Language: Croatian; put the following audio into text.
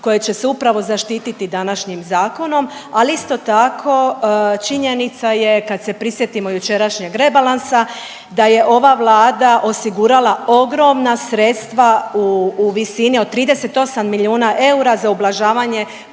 koje će se upravo zaštititi današnjim zakonom, ali isto tako činjenica je kad se prisjetimo jučerašnjeg rebalansa da je ova Vlada osigurala ogromna sredstva u visini od 38 milijuna eura za ublažavanje